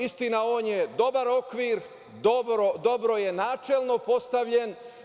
Istina, on je dobar okvir, dobro je načelno postavljen.